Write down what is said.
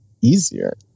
easier